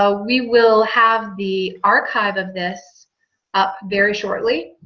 ah we will have the archive of this up very shortly.